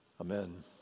Amen